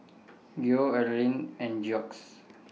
Geoff Allyn and Jax